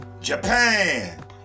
Japan